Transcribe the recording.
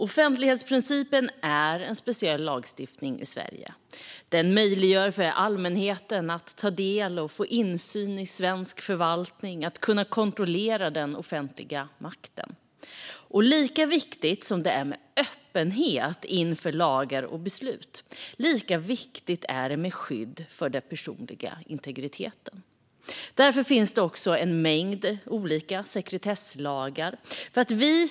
Offentlighetsprincipen är en speciell lagstiftning i Sverige. Den möjliggör för allmänheten att ta del av och få insyn i svensk förvaltning och att kunna kontrollera den offentliga makten. Lika viktigt som det är med öppenhet inför lagar och beslut, lika viktigt är det med skydd för den personliga integriteten. Därför finns också en mängd olika sekretesslagar.